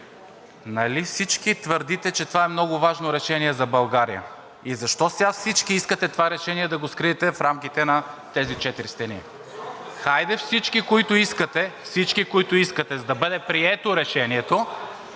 всички твърдите, че това е много важно решение за България? Защо сега всички искате това решение да скриете в рамките на тези четири страни? Хайде всички, които искате – всички, които искате! – за да бъде прието Решението,